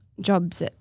Jobs